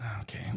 Okay